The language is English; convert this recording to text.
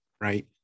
right